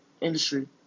industry